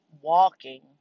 walking